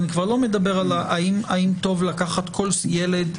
אני כבר לא מדבר האם טוב לקחת כל ילד